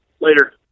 later